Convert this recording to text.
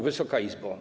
Wysoka Izbo!